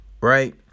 right